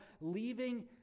leaving